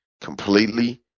completely